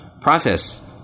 process